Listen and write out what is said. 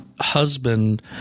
husband